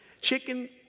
Chicken